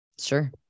sure